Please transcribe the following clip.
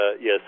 yes